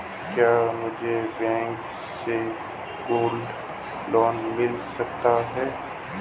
क्या मुझे बैंक से गोल्ड लोंन मिल सकता है?